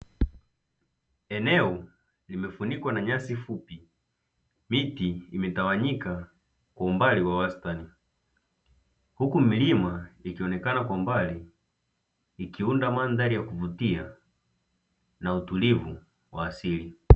Eneo limefunikwa na nyasi fupi miti imetawanyika kwa umbali wa wastani huku, milima ikionekana kwa mbali ikiunda mandhari ya kuvutia na utulivu wa asili.